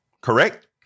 Correct